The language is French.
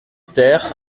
ter